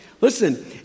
Listen